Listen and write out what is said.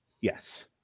Yes